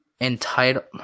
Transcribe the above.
entitled